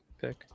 pick